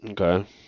Okay